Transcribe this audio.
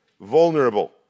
vulnerable